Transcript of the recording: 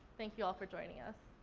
thank you all for joining us.